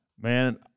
man